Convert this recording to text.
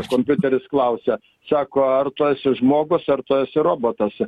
kompiuteris klausia sako ar tu esi žmogus ar tu esi robotas